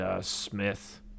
Smith